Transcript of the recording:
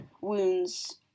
wounds